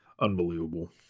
Unbelievable